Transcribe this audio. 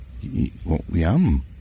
Yum